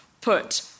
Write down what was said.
put